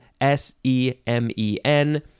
S-E-M-E-N